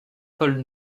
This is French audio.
paul